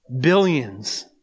Billions